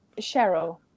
Cheryl